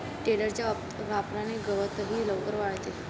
टेडरच्या वापराने गवतही लवकर वाळते